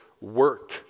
work